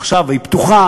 עכשיו היא פתוחה,